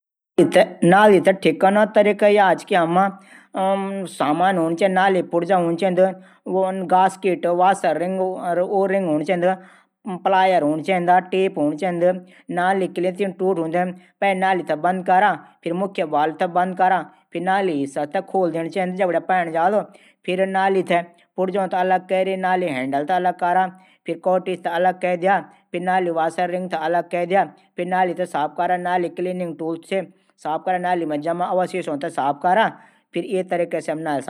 नाली थै ठिक कनो तरीका हमा सामान हूणू चैदू। पुर्जा जनकी गास्केट रिंग प्लायर। कीप क्लीप पैली नाली थै बंद कारा मुख्य वाल थै बंद कारा नाली हिस्सा थै खोल द्या जनकै कि पाणी भैर जा साक। कॉटेज थै अलग कारा। वासर रिंग अलग कैरा फिर नाली थै साफ कारा।